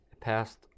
passed